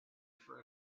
for